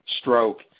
stroke